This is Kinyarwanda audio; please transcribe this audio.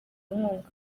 inkunga